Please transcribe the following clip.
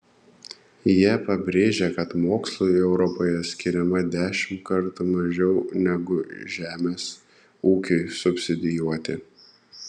jie pabrėžia kad mokslui europoje skiriama dešimt kartų mažiau negu žemės ūkiui subsidijuoti